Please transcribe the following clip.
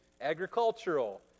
agricultural